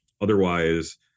otherwise